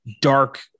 dark